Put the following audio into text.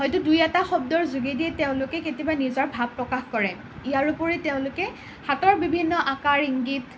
হয়তো দুই এটা শব্দৰ যোগেদিয়ে তেওঁলোকে কেতিয়াবা নিজৰ ভাৱ প্ৰকাশ কৰে ইয়াৰ উপৰি তেওঁলোকে হাতৰ বিভিন্ন আকাৰ ইংগিত